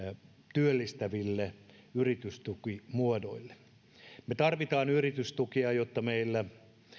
työllistäville yritystukimuodoille me tarvitsemme yritystukia jotta meillä